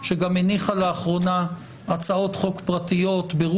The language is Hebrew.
שגם הניחה על שולחנה של הכנסת לאחרונה הצעות